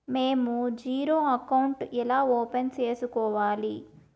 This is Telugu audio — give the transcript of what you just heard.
మేము జీరో అకౌంట్ ఎలా ఓపెన్ సేసుకోవాలి